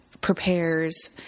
prepares